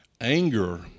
Anger